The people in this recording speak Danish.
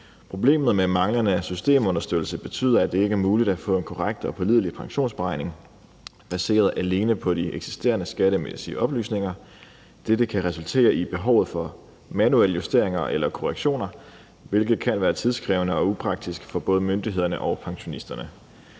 Problemet med manglende systemunderstøttelse betyder, at det ikke er muligt at få en korrekt og pålidelig pensionsberegning baseret alene på de eksisterende skattemæssige oplysninger. Dette kan resultere i behovet for manuelle justeringer eller korrektioner, hvilket kan være tidskrævende og upraktisk for både myndighederne og pensionisterne.